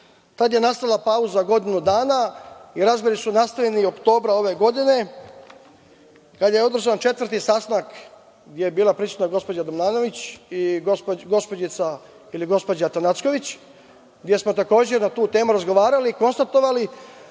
je nastala pauza od godinu i razgori su nastavljeni oktobra ove godine kada je održan četvrti sastanak, gde je bila prisutna gospođa Brnanović i gospođa ili gospođica Atanacković, gde smo takođe na tu temu razgovarali i konstatovali